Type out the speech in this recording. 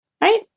Right